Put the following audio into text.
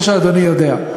כמו שאדוני יודע.